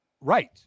Right